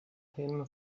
him